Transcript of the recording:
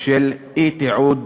של אי-תיעוד